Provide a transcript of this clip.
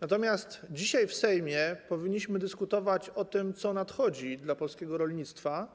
Natomiast dzisiaj w Sejmie powinniśmy dyskutować o tym, co nadchodzi, jeśli chodzi o polskie rolnictwo,